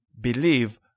believe